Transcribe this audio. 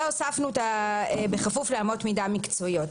והוספנו "בכפוף לאמות מידה מקצועיות".